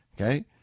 Okay